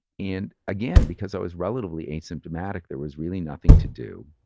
and again, because i was relatively asymptomatic, there was really nothing to do.